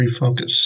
refocus